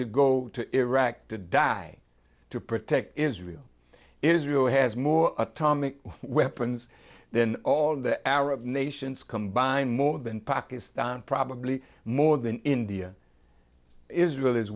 to go to iraq to die to protect israel israel has more atomic weapons than all the arab nations combined more than pakistan probably more than india israel